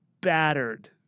battered